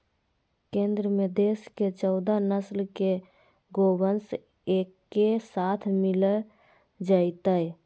केंद्र में देश के चौदह नस्ल के गोवंश एके साथ मिल जयतय